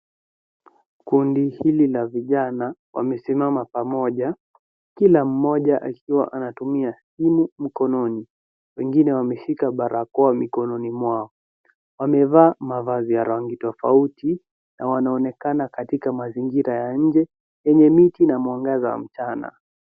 Kundi hili la vijana wamesimama pamoja, kila mmoja akiwa anatumia simu mkononi. Wengine wameshika barakoa mikononi mwao. Wamevaa mavazi ya rangi tofauti na wanaonekana katika mazingira ya nje yenye miti na mwangaza wa mchana.